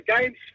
game's